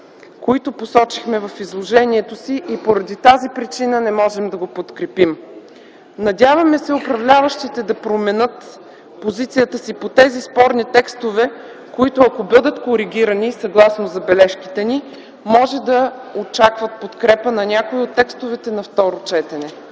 които посочихме в изложението си. По тази причина не можем да го подкрепим. Надяваме се управляващите да променят позицията си по тези спорни текстове, които, ако бъдат коригирани съгласно забележките ни, могат да очакват подкрепа на някои от текстовете на второ четене.